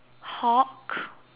hawk